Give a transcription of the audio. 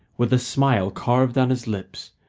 with a smile carved on his lips,